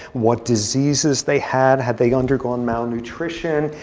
what diseases they had, had they undergone malnutrition,